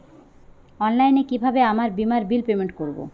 অনলাইনে কিভাবে আমার বীমার বিল পেমেন্ট করবো?